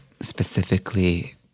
specifically